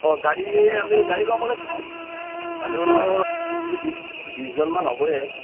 অঁ গাড়ী এই আমি গাড়ী ল'ব লাগিব মানুহ এনেই বিছ বিছজনমান হ'বই